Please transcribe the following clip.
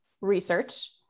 research